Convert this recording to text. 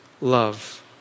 love